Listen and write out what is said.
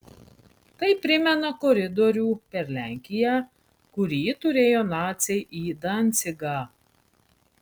tai primena koridorių per lenkiją kurį turėjo naciai į dancigą